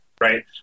right